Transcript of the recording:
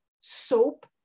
Soap